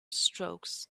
strokes